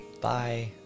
Bye